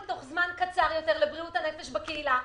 בתוך זמן קצר יותר לבריאות הנפש בקהילה.